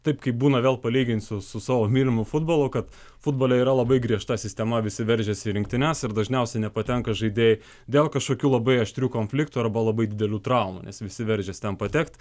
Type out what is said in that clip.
taip kaip būna vėl palygint su su savo mylimu futbolu kad futbole yra labai griežta sistema visi veržiasi į rinktines ir dažniausiai nepatenka žaidėjai dėl kažkokių labai aštrių konfliktų arba labai didelių traumų nes visi veržiasi ten patekt